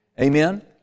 Amen